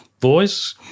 voice